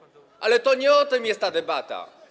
Ale to nie o tym jest ta debata.